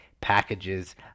packages